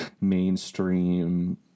mainstream